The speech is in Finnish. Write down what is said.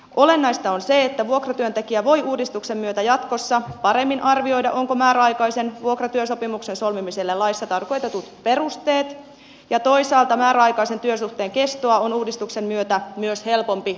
olennaista on se että vuokratyöntekijä voi uudistuksen myötä jatkossa paremmin arvioida onko määräaikaisen vuokratyösopimuksen solmimiselle laissa tarkoitetut perusteet ja toisaalta myös määräaikaisen työsuhteen kestoa on uudistuksen myötä helpompi arvioida